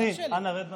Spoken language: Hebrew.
אדוני, אנא, רד מהדוכן.